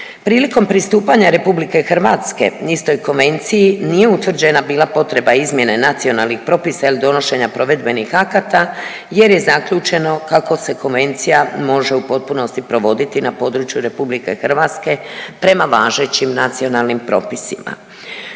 Prilikom pristupanja RH istoj konvenciji nije utvrđena bila potreba izmjene nacionalnih propisa ili donošenja provedbenih akata jer je zaključeno kako se Konvencija može u potpunosti provoditi na području RH prema važećim nacionalnim propisima.